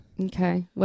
Okay